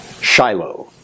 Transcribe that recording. Shiloh